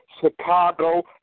Chicago